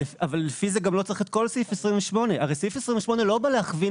אבל לפי זה גם לא צריך את כל סעיף 28. הרי סעיף 28 לא בא להכווין